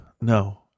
No